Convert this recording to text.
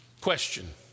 Question